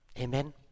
Amen